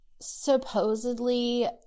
supposedly